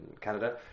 canada